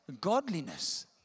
godliness